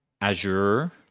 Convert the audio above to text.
azure